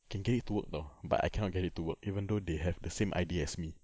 can get it to work you know but I cannot get it to work even though they have the same idea as me